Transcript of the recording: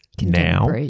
now